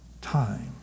time